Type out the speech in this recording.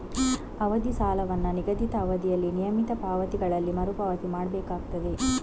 ಅವಧಿ ಸಾಲವನ್ನ ನಿಗದಿತ ಅವಧಿಯಲ್ಲಿ ನಿಯಮಿತ ಪಾವತಿಗಳಲ್ಲಿ ಮರು ಪಾವತಿ ಮಾಡ್ಬೇಕಾಗ್ತದೆ